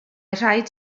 rhaid